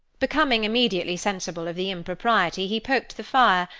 becoming immediately sensible of the impropriety, he poked the fire,